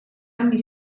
anni